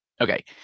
Okay